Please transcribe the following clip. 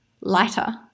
lighter